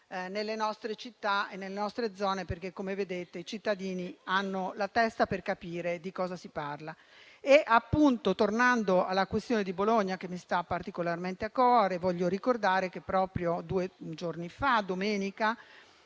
nelle nostre città e nelle nostre zone perché, come vedete, i cittadini hanno la testa per capire di cosa si parla. Tornando alla questione di Bologna, che mi sta particolarmente a cuore, voglio ricordare che proprio due giorni fa, domenica